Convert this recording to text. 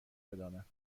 بدانند